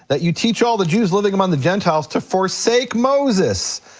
that you teach all the jews living among the gentiles to forsake moses.